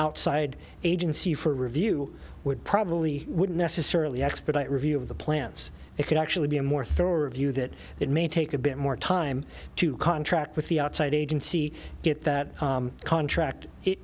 outside agency for review would probably would necessarily expedite review of the plants it could actually be a more thorough review that it may take a bit more time to contract with the outside agency get that contract he